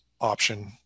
option